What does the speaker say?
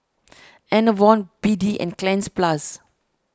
Enervon B D and Cleanz Plus